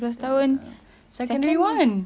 saya tengah secondary one